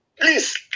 please